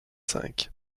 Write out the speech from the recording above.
cinq